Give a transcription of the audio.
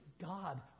god